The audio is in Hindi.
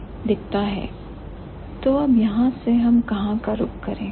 स्लाइड का समय 06 09 तो अब यहां से हम कहां का रुख करें